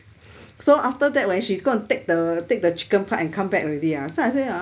so after that when she's go and take the take the chicken part and come back already ya so I said ah